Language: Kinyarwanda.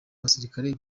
abasirikare